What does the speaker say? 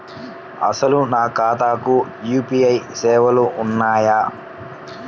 అసలు నా ఖాతాకు యూ.పీ.ఐ సేవలు ఉన్నాయా?